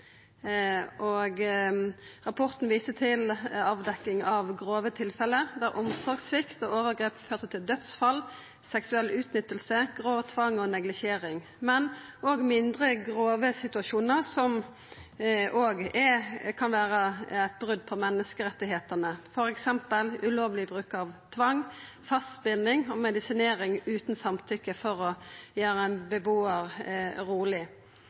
Og rapporten viste til avdekking av grove tilfelle der omsorgssvikt og overgrep har ført til dødsfall, seksuell utnytting, grov tvang og neglisjering, og viste òg til mindre grove situasjonar som òg kan vera eit brot på menneskerettane, f.eks. ulovleg bruk av tvang, fastbinding og medisinering utan samtykkje for å gjera ein bebuar roleg,